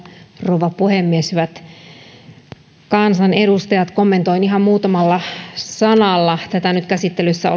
rouva puhemies hyvät kansanedustajat kommentoin ihan muutamalla sanalla tätä nyt käsittelyssä